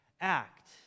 act